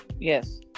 yes